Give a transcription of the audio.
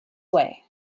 way